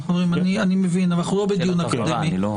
אני מבין, אנחנו לא בדיון אקדמי.